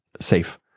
safe